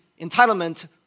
entitlement